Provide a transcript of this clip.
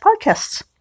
podcasts